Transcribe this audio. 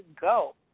go